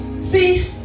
See